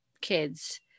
kids